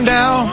now